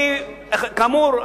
כאמור,